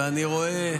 ואני רואה,